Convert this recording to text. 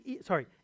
sorry